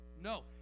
No